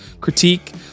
critique